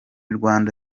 rwanda